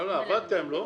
עבדתם, לא?